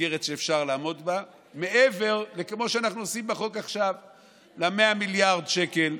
מסגרת שאפשר לעמוד בה מעבר ל-100 מיליארד שקל,